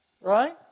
right